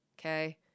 Okay